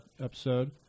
episode